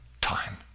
time